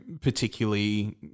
particularly